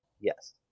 Yes